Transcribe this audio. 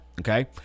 Okay